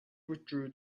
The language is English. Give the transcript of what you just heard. withdrew